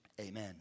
Amen